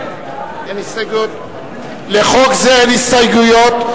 אין הסתייגויות?